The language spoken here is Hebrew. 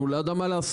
הוא לא ידע מה לעשות.